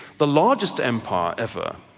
the largest empire ever,